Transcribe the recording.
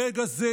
ברגע זה,